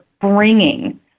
bringing